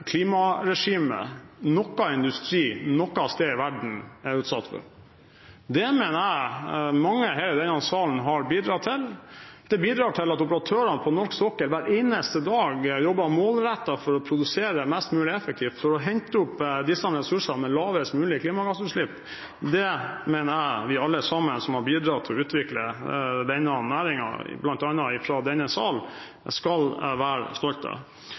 klimaregimet noen industri noe sted i verden er utsatt for. Det mener jeg mange i denne salen har bidratt til. Det bidrar til at operatørene på norsk sokkel hver eneste dag jobber målrettet for å produsere mest mulig effektivt for å hente opp disse ressursene med lavest mulig klimagassutslipp. Det mener jeg vi alle sammen som har bidratt til å utvikle denne næringen, bl.a. i denne sal, skal være stolte av.